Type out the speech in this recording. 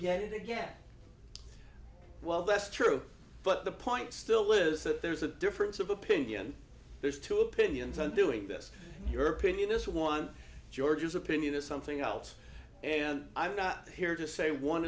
get it get well that's true but the point still is that there's a difference of opinion there's two opinions on doing this your opinion this one george is opinion or something else and i'm not here to say one